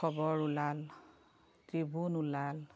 খবৰ ওলাল ত্ৰিবুন ওলাল